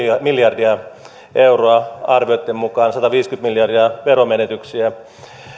miljardia euroa arvioitten mukaan sataviisikymmentä miljardia veromenetyksiä